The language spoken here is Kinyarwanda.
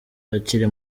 akiri